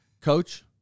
coach